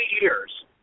years